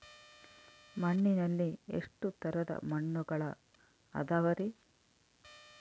ಮಣ್ಣಿನಲ್ಲಿ ಎಷ್ಟು ತರದ ಮಣ್ಣುಗಳ ಅದವರಿ?